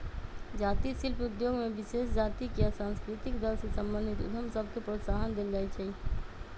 जाती शिल्प उद्योग में विशेष जातिके आ सांस्कृतिक दल से संबंधित उद्यम सभके प्रोत्साहन देल जाइ छइ